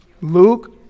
Luke